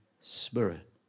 Spirit